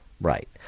Right